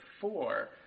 four